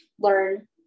learn